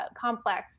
complex